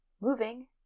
moving